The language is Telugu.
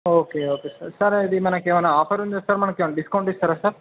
ఓకే ఓకే సార్ సార్ అది మనకేవైనా ఆఫర్ ఉందా సార్ మనకేవైనా డిస్కౌంట్ ఇస్తారా సార్